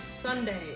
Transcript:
Sunday